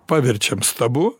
paverčiam stabu